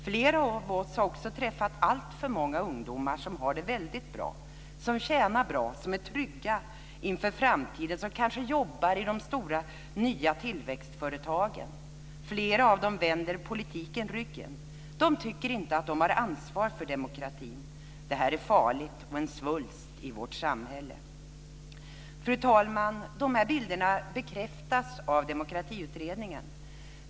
Flera av oss har också träffat alltför många ungdomar som har det väldigt bra - som tjänar bra och är trygga inför framtiden och som kanske jobbar i de nya stora tillväxtföretagen. Men flera av dem vänder politiken ryggen. De tycker inte att de har ansvar för demokratin. Detta är farligt och en svulst i vårt samhälle. Fru talman! De här bilderna bekräftas av Demokratiutredningen.